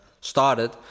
started